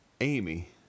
Amy